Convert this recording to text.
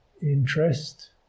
interest